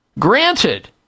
Granted